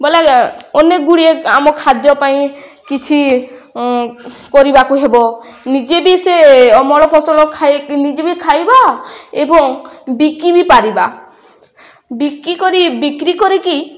ବଲେ ଅନେକଗୁଡ଼ିଏ ଆମ ଖାଦ୍ୟ ପାଇଁ କିଛି କରିବାକୁ ହେବ ନିଜେ ବି ସେ ଅମଳ ଫସଲ ଖ ନିଜେ ବି ଖାଇବା ଏବଂ ବିକି ବି ପାରିବା ବିକି କରି ବିକ୍ରି କରିକି